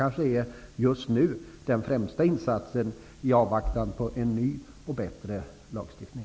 Det är just nu den kanske främsta insatsen i avvaktan på en ny och bättre lagstiftning.